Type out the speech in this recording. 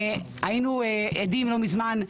היינו עדים לא מזמן,